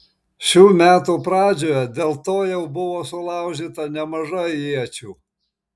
šių metų pradžioje dėl to jau buvo sulaužyta nemažai iečių